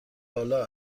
بالا